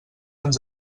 ens